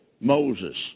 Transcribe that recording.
Moses